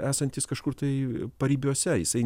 esantis kažkur tai paribiuose jisai